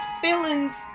feelings